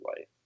life